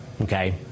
okay